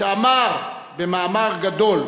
שאמר במאמר גדול,